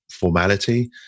formality